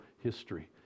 history